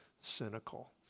cynical